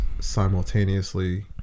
simultaneously